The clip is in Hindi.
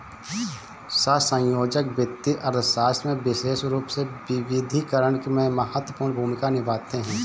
सहसंयोजक वित्तीय अर्थशास्त्र में विशेष रूप से विविधीकरण में महत्वपूर्ण भूमिका निभाते हैं